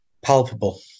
palpable